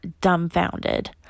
dumbfounded